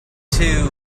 two